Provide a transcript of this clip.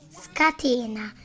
scatena